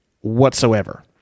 whatsoever